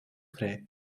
vrij